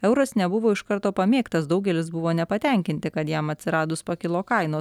euras nebuvo iš karto pamėgtas daugelis buvo nepatenkinti kad jam atsiradus pakilo kainos